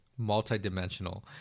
multidimensional